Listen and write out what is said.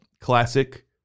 classic